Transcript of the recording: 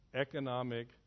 economic